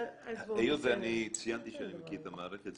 היות ואני ציינתי שאני מכיר את המערכת,